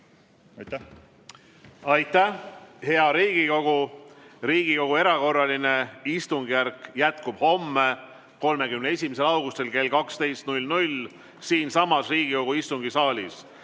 Aitäh! Hea Riigikogu! Riigikogu erakorraline istungjärk jätkub homme, 31. augustil kell 12 siinsamas istungisaalis.